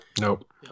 Nope